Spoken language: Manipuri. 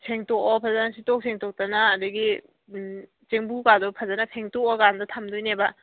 ꯁꯦꯡꯇꯣꯛꯑꯣ ꯐꯖꯅ ꯁꯤꯠꯇꯣꯛ ꯁꯦꯡꯇꯣꯛꯇꯅ ꯑꯗꯒꯤ ꯆꯦꯡꯕꯨꯀꯥꯗꯣ ꯐꯖꯅ ꯐꯦꯡꯊꯣꯛꯂꯀꯥꯟꯗ ꯊꯝꯒꯗꯣꯏꯅꯦꯕ